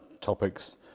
topics